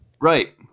Right